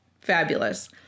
fabulous